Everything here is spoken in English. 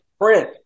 print